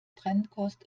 trennkost